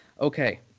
Okay